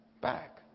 back